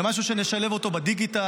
זה משהו שנשלב אותו בדיגיטל,